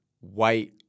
white